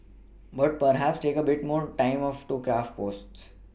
but perhaps take a bit more time of craft posts